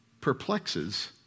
perplexes